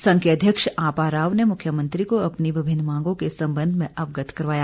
संघ के अध्यक्ष आपा राव ने मुख्यमंत्री को अपनी विभिन्न मांगों के संबंध में अवगत करवाया